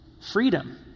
freedom